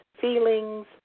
feelings